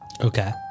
Okay